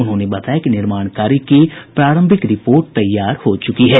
उन्होंने बताया कि निर्माण कार्य की प्रारंभिक रिपोर्ट तैयार हो चुकी है